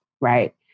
right